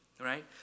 right